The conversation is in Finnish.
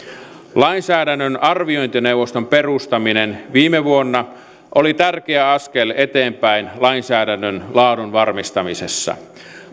lainsäädännön arviointineuvoston perustaminen viime vuonna oli tärkeä askel eteenpäin lainsäädännön laadun varmistamisessa